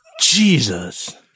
Jesus